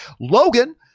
Logan